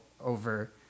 over